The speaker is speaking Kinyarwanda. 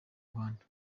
rwanda